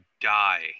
die